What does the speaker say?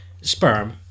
sperm